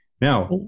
Now